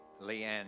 Leanne